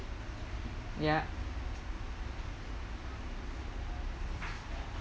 ya